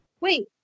Wait